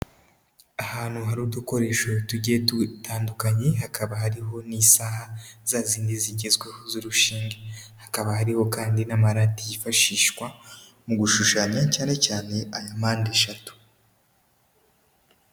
Ahantu hari udukoresho tugiye dutandukanye hakaba hariho n'isaha za zindi zigezweho z'urushinge, hakaba hariho kandi n'amarati yifashishwa mu gushushanya cyane cyane aya mpande eshatu.